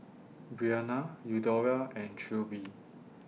Bryanna Eudora and Trilby